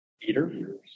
Peter